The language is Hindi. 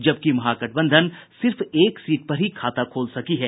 जबकि महागठबंधन सिर्फ एक सीट पर ही खाता खोल सकी है